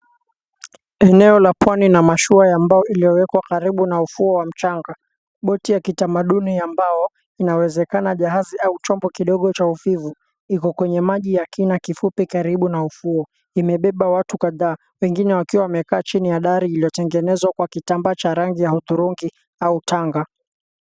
Eneo la pwani na mashua ya mbao iliyowekwa karibu na ufuo wa mchanga. Boti ya kitamaduni ya mbao, inawezekana jahazi au chombo kidogo cha uvuvi. Iko kwenye maji ya kina kifupi karibu na ufuo. Imebeba watu kadhaa wengine wakiwa wamekaa chini ya dari iliyotengenezwa kwa kitambaa cha rangi ya udhurungi, au tanga.